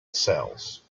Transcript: cells